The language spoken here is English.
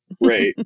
Right